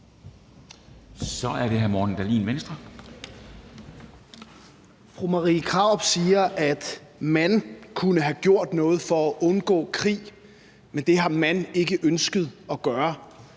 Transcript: Kl. 10:34 Morten Dahlin (V): Fru Marie Krarup siger, at man kunne have gjort noget for at undgå krig, men det har man ikke ønsket at gøre.